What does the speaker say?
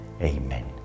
Amen